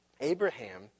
Abraham